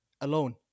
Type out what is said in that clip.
alone